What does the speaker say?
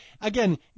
again